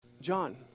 John